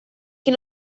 can